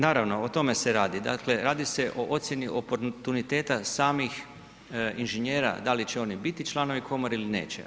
Naravno, o tome se radi, dakle, radi se o ocjeni oportuniteta samih inženjera, da li će oni biti članovi komore ili neće.